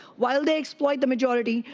while they explored the majority,